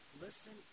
Listen